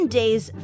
days